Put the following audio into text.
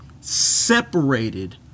separated